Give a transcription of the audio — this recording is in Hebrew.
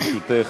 ברשותך.